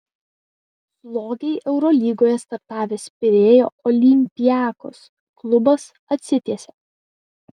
slogiai eurolygoje startavęs pirėjo olympiakos klubas atsitiesia